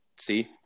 see